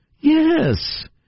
Yes